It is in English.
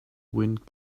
wind